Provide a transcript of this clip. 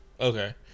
okay